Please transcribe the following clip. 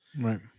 Right